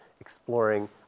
exploring